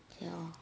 okay orh